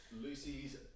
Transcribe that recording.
Lucy's